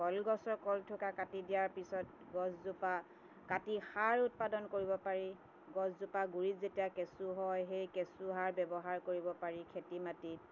কলগছৰ কল থোকা কাটি দিয়াৰ পিছত গছজোপা কাটি সাৰ উৎপাদন কৰিব পাৰি গছজোপাৰ গুৰিত যেতিয়া কেঁচু হয় সেই কেঁচু সাৰ ব্যৱহাৰ কৰিব পাৰি খেতি মাটিত